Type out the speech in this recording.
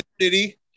City